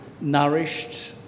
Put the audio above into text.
nourished